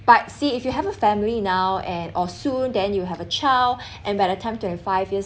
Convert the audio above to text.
but see if you have a family now and or soon then you have a child and by the time twenty five years